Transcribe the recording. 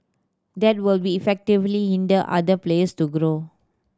that will be effectively hinder other place to grow